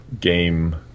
game